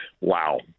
Wow